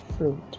fruit